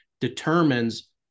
determines